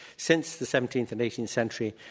since the seventeenth and eighteenth century,